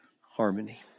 harmony